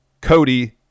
Cody